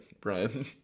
Brian